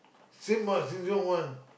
same what Sheng-Shiong one